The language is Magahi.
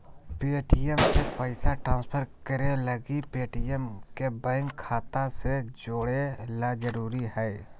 पे.टी.एम से पैसा ट्रांसफर करे लगी पेटीएम के बैंक खाता से जोड़े ल जरूरी हय